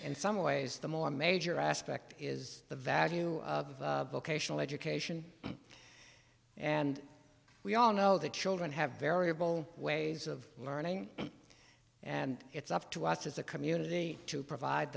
in some ways the more major aspect is the value of book ational education and we all know that children have variable ways of learning and it's up to us as a community to provide